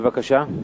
בבקשה.